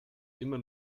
immer